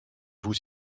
vous